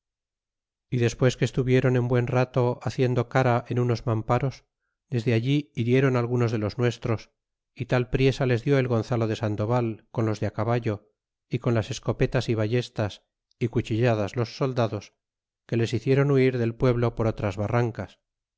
y despues que estuvieron buen rato hiciendo cara en unos mamparos desde allí hirieron algunos de los nuestros y tal priesa les die el gonzalo de sandoval con los de caballo y con las escopetas y ballestas y cuchilladas los soldados que les hicieron huir del pueblo por otras barrancas